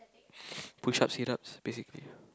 push up sit ups basically